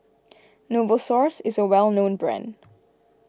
Novosource is a well known brand